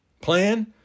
plan